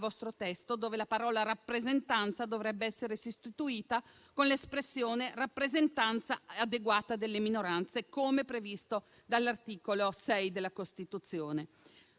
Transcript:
vostro testo, dove la parola rappresentanza dovrebbe essere sostituita con l'espressione rappresentanza adeguata delle minoranze, come appunto previsto dall'articolo 6 della Costituzione.